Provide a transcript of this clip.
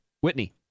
Whitney